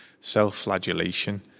Self-flagellation